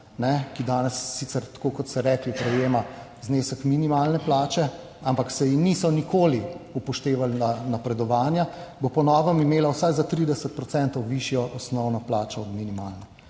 ki danes sicer, tako kot ste rekli, prejema znesek minimalne plače, ampak se ji niso nikoli upoštevali napredovanja, bo po novem imela vsaj za 30 % višjo osnovno plačo od minimalne.